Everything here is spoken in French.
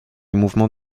mouvement